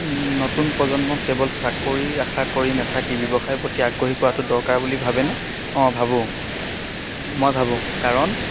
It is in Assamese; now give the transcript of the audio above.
নতুন প্ৰজন্মক কেৱল চাকৰিৰ আশা কৰি নাথাকি ব্যৱসায়ৰ প্ৰতি আগ্ৰহী কৰাটো দৰকাৰ বুলি ভাবেনে অঁ ভাবোঁ মই ভাবোঁ কাৰণ